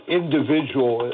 individual